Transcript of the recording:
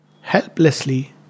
Helplessly